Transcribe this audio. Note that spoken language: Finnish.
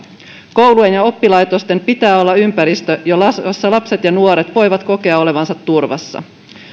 koulujen ja oppilaitosten pitää olla ympäristö jossa lapset ja nuoret voivat kokea olevansa turvassa